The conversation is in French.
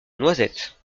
noisettes